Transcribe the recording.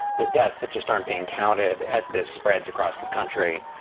the deaths that just aren't being counted as this spreads across the country.